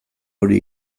hori